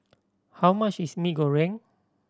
how much is Mee Goreng